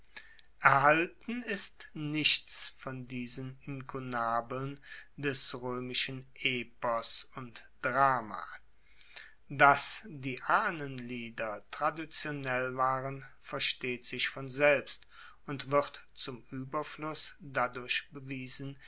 erhalten ist nichts von diesen inkunabeln des roemischen epos und drama dass die ahnenlieder traditionell waren versteht sich von selbst und wird zum ueberfluss dadurch bewiesen